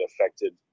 affected